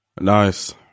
Nice